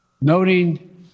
Noting